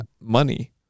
money